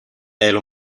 elle